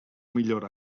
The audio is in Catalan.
millor